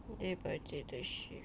day by day the shift